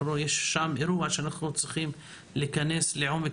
יש שם אירוע שאנחנו צריכים להיכנס לעומק